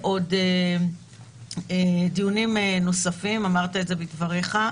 דיונים נוספים, אמרת בדבריך.